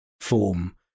form